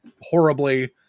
horribly